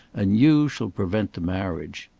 and you shall prevent the marriage.